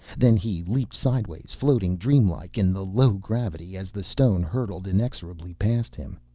then he leaped sideways, floating dreamlike in the low gravity, as the stone hurtled inexorably past him.